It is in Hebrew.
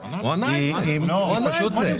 אתם אומרים שהבנתם.